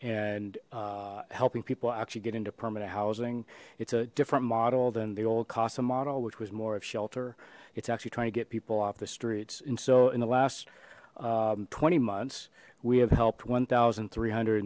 and helping people actually get into permanent housing it's a different model than the old casas model which was more of shelter it's actually trying to get people off the streets and so in the last twenty months we have helped one thousand three hundred